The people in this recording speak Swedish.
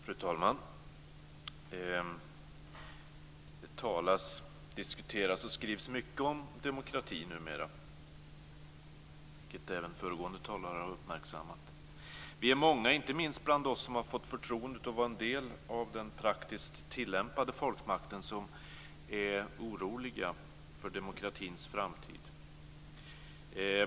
Fru talman! Det talas, diskuteras och skrivs mycket om demokrati numera - vilket även föregående talare uppmärksammat. Vi är många, inte minst bland oss som har fått förtroendet att vara en del av den praktiskt tillämpade folkmakten, som är oroliga för demokratins framtid.